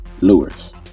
lures